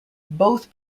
both